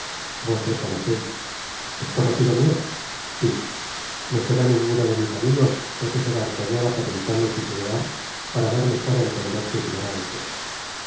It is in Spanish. vos le conoceis es conocido mio si no será ninguno de mis amigos repuso d'artagnan aparentando titubear para dar mejor á entender su ignorancia